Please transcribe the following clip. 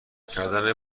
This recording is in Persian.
کردن